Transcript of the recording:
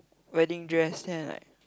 wedding dress then I like